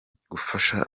gufasha